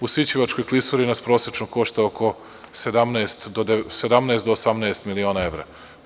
U Sićevačkoj klisuri nas prosečno košta oko 17 do 18 miliona evra.